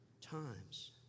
times